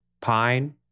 Pine